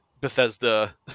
Bethesda